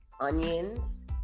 onions